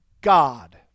God